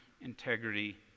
integrity